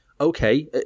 okay